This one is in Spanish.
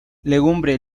legumbre